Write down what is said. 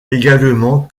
également